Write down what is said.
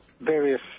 various